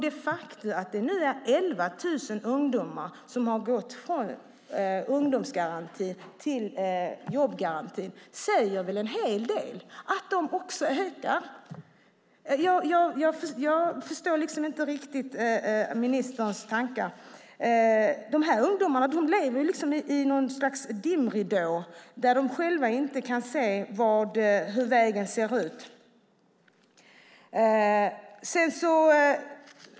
Det faktum att det nu är 11 000 ungdomar som har gått från ungdomsgarantin till jobbgarantin säger väl en hel del - det antalet ökar. Jag förstår inte riktigt ministerns tankar. Dessa ungdomar lever i något slags dimridå, där de själva inte kan se hur vägen ser ut.